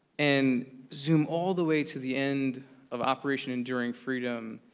and zoom all the way to the end of operation enduring freedom.